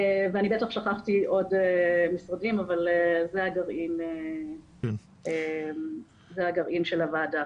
ואני בטח שכחתי עוד משרדים אבל זה הגרעין של הוועדה.